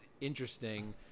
interesting